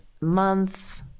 month